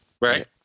Right